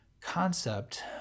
concept